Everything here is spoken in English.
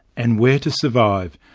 and where to survive,